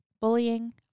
bullying